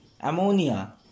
ammonia